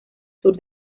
sur